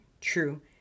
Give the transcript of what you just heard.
true